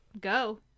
go